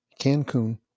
Cancun